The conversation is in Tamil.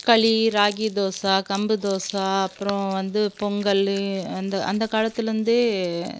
களி ராகி தோசை கம்பு தோசை அப்பறம் வந்து பொங்கல் அந்த அந்த காலத்திலேர்ந்தே